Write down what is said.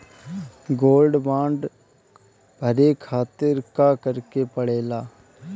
Gold bond भरे खातिर का करेके पड़ेला?